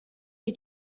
est